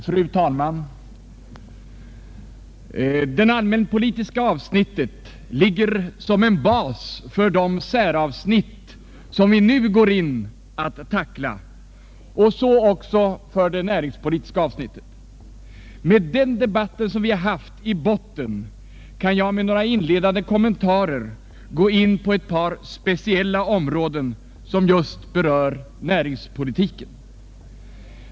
Fru talman! Det allmänpolitiska avsnittet ligger som en bas för de säravsnitt som vi nu går att tackla, även för det näringspolitiska avsnittet. Med debatten hittills i botten kan jag efter några inledande kommentarer gå in på ett par speciella områden som berör näringspolitiken.